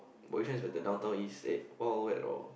but which one is better Downtown-East eh Wild-Wild-Wet or